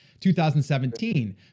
2017